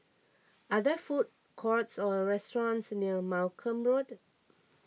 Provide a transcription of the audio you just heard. are there food courts or restaurants near Malcolm Road